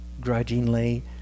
grudgingly